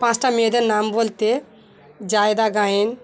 পাঁচটা মেয়েদের নাম বলতে জায়দা গায়েন